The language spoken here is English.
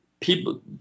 people